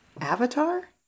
Avatar